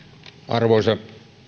arvoisa